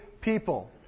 people